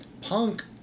punk